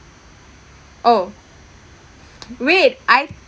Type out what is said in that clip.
oh wait I